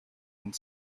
and